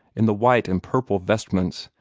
in the white and purple vestments,